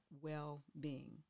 well-being